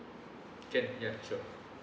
can ya sure